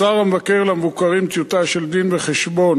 מסר המבקר למבוקרים טיוטה של דין-וחשבון